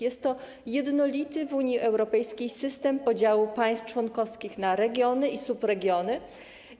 Jest to jednolity w Unii Europejskiej system podziału państw członkowskich na regiony i subregiony.